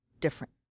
different